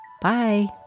Bye